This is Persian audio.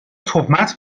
تهمت